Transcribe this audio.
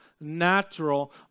natural